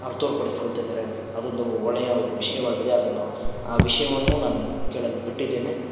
ಅವ್ರು ತೋರ್ಪಡಿಸಿಕೊಳ್ತಾಯಿದ್ದಾರೆ ಅದೊಂದು ಒಳ್ಳೆಯ ವಿಷಯವಾಗಿದೆ ಅದನ್ನು ಆ ವಿಷಯವನ್ನು ನಾನು ಕೇಳಲ್ಪಟ್ಟಿದ್ದೇನೆ